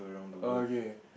oh okay